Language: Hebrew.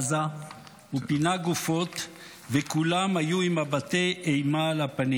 ופינה גופות וכולם היו עם מבטי אימה על הפנים.